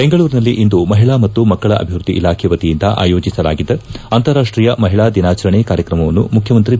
ಬೆಂಗಳೂರಿನಲ್ಲಿಂದು ಮಹಿಳಾ ಮತ್ತು ಮಕ್ಕಳ ಅಭಿವೃದ್ಧಿ ಇಲಾಖೆ ವತಿಯಿಂದ ಆಯೋಜಿಸಲಾಗಿದ್ದ ಅಂತಾರಾಷ್ಟೀಯ ಮಹಿಳಾ ದಿನಾಚರಣೆ ಕಾರ್ಯಕ್ರಮವನ್ನು ಮುಖ್ಯಮಂತ್ರಿ ಬಿ